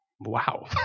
wow